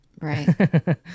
Right